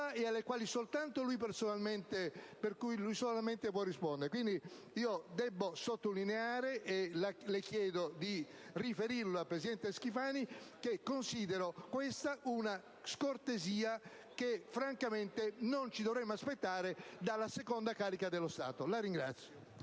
e alle quali soltanto lui personalmente può rispondere. Quindi, devo sottolinearlo, e chiederle di riferire al presidente Schifani che considero questa una scortesia che francamente non ci dovremmo aspettare dalla, seconda carica dello Stato. *(Applausi